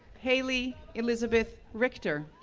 haley elizabeth richter,